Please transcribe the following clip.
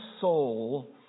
soul